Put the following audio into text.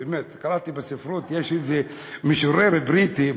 קראתי בספרות שיש איזה משורר בריטי,